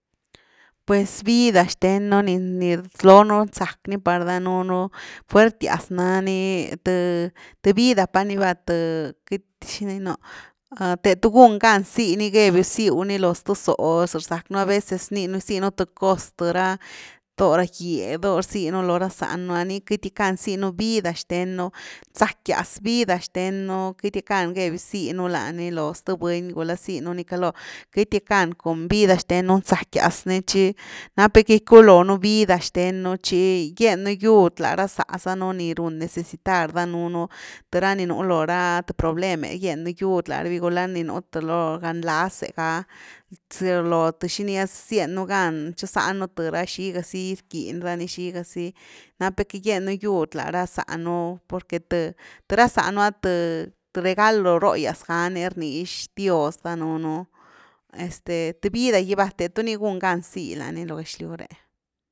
Pues vida xthen nú ni nislo nú zack ni par danuunu fuertias nani, th vida pa ni va th queity xinii no, the tugun gan zínigebiu ziw ni lo sth zóh za rzac nu aveces rninu zí’un th cos th radoo ra gýe, dó’ ra rzinu lo ra záh nú’a ni queity gackan zíh nu vida xthen nú, zackias vida xthen nú, queity gackan geviu zíh nú ni lo zth buny gula zíh nú ni caloo, queity gackan com vida xthen nú zackiaz ni tchi nap nú que gickulo nú vida xthen nú, tchi giennu giud la rá záh zanu ni run necesitar danuunu, th ra ni nú lo th problem’e gyen nú giud lara ví, gula ni nú lo th gan laz’e ga, zalo th ziny’a ziennu gan chozan nú th ra xigazy gickin rani, xigazy, nap nú que gien nú yud la rá záh nú, porque th, th ra záh nú’a th regalo róh’gyas ga ni rnix dios danuunu, este th vida’ gy va the tu ni gun gan zíh la ni lo gëxlyw re.